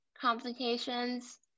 complications